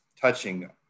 touching